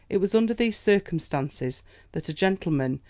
it was under these circumstances that a gentleman,